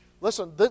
Listen